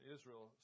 Israel